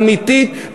אמיתית,